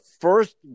first